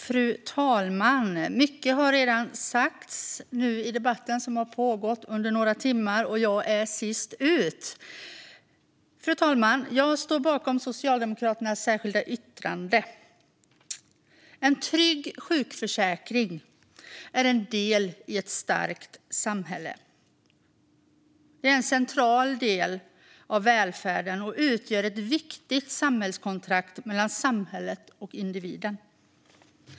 Fru talman! Mycket har redan sagts i debatten som nu har pågått i några timmar, och jag är sist ut. Jag står bakom Socialdemokraternas särskilda yttrande. En trygg sjukförsäkring är en del i ett starkt samhälle. Den är en central del av välfärden och utgör ett viktigt kontrakt mellan samhället och individen.